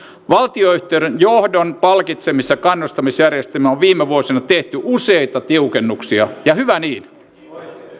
valtionyhtiöiden johdon palkitsemis ja kannustinjärjestelmiin on viime vuosina tehty useita tiukennuksia ja hyvä niin